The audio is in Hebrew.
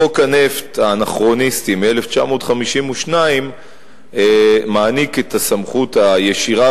חוק הנפט האנכרוניסטי מ-1952 מעניק את הסמכות הישירה